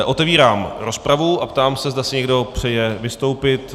Otevírám rozpravu a ptám se, zda si někdo přeje vystoupit.